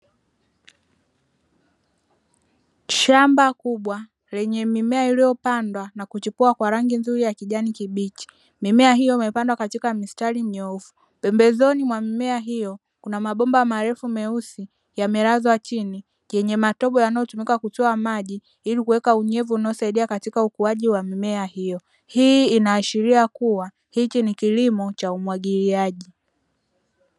Shamba kubwa lenye mimea iliyopandwa na kuchipua kwa rangi nzuri ya kijani kibichi, mimea hiyo imepandwa katika mistari minyoofu. Pembezoni mwa mimea hiyo kuna mabomba marefu meusi yamelazwa chini, yenye matobo yanayotumika kutoa maji ili kuweka unyevu unaosaidia katika ukuaji wa mimea hiyo. Hii inaashiria kuwa hichi ni kilimo cha umwagiliaji.